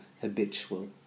habitual